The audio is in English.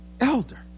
elder